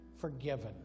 Forgiven